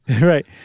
right